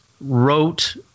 wrote